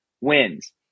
wins